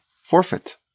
forfeit